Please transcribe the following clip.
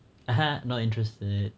not interested